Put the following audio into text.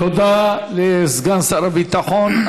תודה לסגן שר הביטחון.